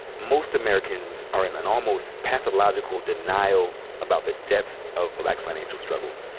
most americans are in an almost pathological denial about the depth of black financial struggle.